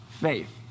faith